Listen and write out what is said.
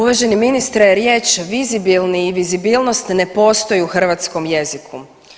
Uvaženi ministre riječ vizibilni i vizibilnost ne postoji u hrvatskom jeziku.